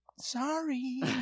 Sorry